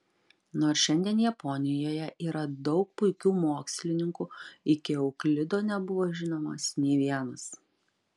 nors šiandien japonijoje yra daug puikių mokslininkų iki euklido nebuvo žinomas nė vienas